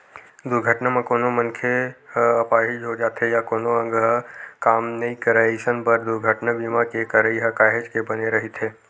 दुरघटना म कोनो मनखे ह अपाहिज हो जाथे या कोनो अंग ह काम नइ करय अइसन बर दुरघटना बीमा के करई ह काहेच के बने रहिथे